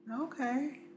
Okay